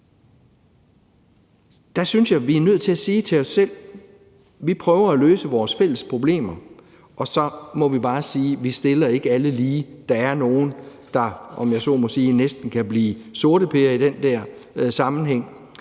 Der synes jeg, at vi er nødt til at sige til os selv, at vi prøver at løse vores fælles problemer. Og så må vi bare sige, at vi ikke stiller alle lige. Der er nogle, der næsten kan blive sorteper, om jeg så må